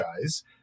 Guys